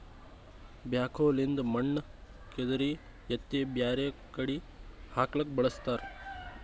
backhoe ಲಿಂದ್ ಮಣ್ಣ್ ಕೆದರಿ ಎತ್ತಿ ಬ್ಯಾರೆ ಕಡಿ ಹಾಕ್ಲಕ್ಕ್ ಬಳಸ್ತಾರ